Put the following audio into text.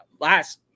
last